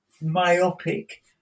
myopic